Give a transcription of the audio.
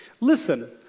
Listen